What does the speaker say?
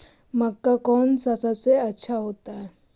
मक्का कौन सा सबसे अच्छा होता है?